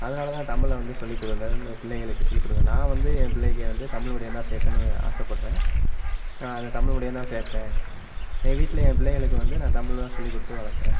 அதனால் தான் தமிழை வந்து சொல்லி கொடுங்கன்னு பிள்ளைகளுக்கு சொல்லி கொடுங்க நான் வந்து என் பிள்ளைக்கு வந்து தமிழ் மீடியம் தான் சேர்க்கணும்னு ஆசைப்பட்றேன் அது தமிழ் மீடியம் தான் சேர்ப்பேன் என் வீட்டில் என் பிள்ளைகளுக்கு வந்து நான் தமிழை தான் சொல்லிக் கொடுத்து வளர்க்குறேன்